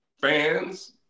fans